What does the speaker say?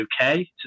okay